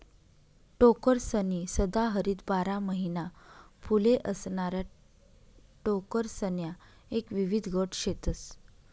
टोकरसनी सदाहरित बारा महिना फुले असणाऱ्या टोकरसण्या एक विविध गट शेतस